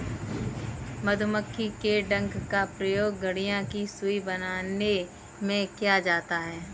मधुमक्खी के डंक का प्रयोग गठिया की सुई बनाने में किया जाता है